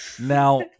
now